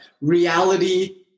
reality